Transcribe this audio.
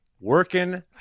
working